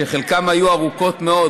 שחלקן היו ארוכות מאוד,